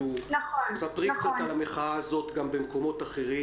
תספרי קצת על המחאה הזאת גם במקומות אחרים.